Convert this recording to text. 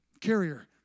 carrier